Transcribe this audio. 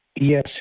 Yes